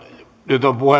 nyt on